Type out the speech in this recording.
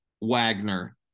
Wagner